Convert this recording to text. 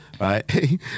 Right